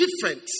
different